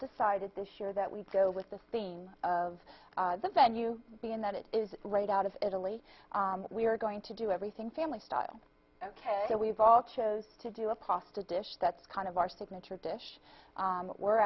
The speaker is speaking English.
decided this year that we go with the theme of the venue being that it is right out of italy we're going to do everything family style ok so we've all chose to do a pasta dish that's kind of our signature dish we're